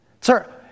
Sir